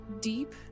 deep